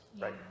Right